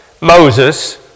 Moses